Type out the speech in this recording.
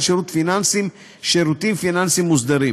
שירותים פיננסיים (שירותים פיננסיים מוסדרים).